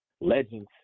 legends